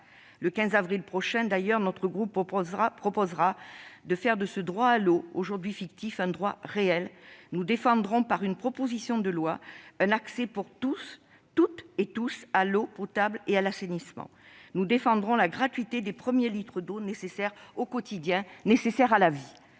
Le 15 avril prochain, notre groupe proposera de faire de ce droit à l'eau, aujourd'hui fictif, un droit réel. Nous défendrons, dans le cadre d'une proposition de loi, un accès pour toutes et tous à l'eau potable et à l'assainissement. Nous défendrons la gratuité des premiers litres d'eau nécessaires au quotidien, nécessaires à la vie.